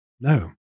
No